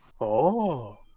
Oh-